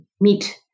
meet